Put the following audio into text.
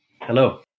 hello